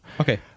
Okay